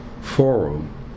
Forum